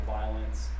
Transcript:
violence